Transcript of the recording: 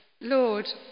Lord